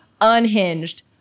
unhinged